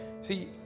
See